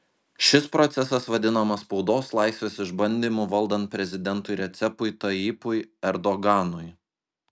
šis procesas vadinamas spaudos laisvės išbandymu valdant prezidentui recepui tayyipui erdoganui